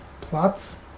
plots